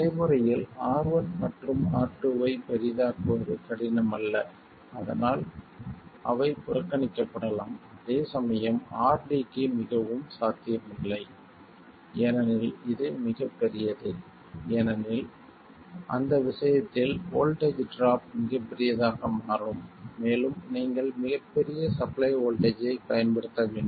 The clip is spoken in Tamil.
நடைமுறையில் R1 மற்றும் R2 ஐப் பெரிதாக்குவது கடினம் அல்ல அதனால் அவை புறக்கணிக்கப்படலாம் அதேசமயம் RD க்கு மிகவும் சாத்தியமில்லை ஏனெனில் இது மிகப்பெரியது ஏனெனில் அந்த விஷயத்தில் வோல்ட்டேஜ் ட்ராப் மிகப்பெரியதாக மாறும் மேலும் நீங்கள் மிகப் பெரிய சப்ளை வோல்ட்டேஜ் ஐப் பயன்படுத்த வேண்டும்